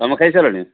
ତୁମେ ଖାଇସାରିଲଣି